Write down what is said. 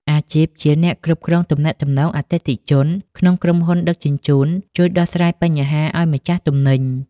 អាជីពជាអ្នកគ្រប់គ្រងទំនាក់ទំនងអតិថិជន ក្នុងក្រុមហ៊ុនដឹកជញ្ជូន ជួយដោះស្រាយបញ្ហាឱ្យម្ចាស់ទំនិញ។